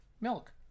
Milk